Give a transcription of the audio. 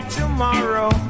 tomorrow